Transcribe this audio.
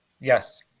Yes